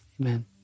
Amen